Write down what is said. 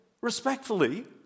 respectfully